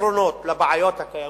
פתרונות לבעיות הקיימות,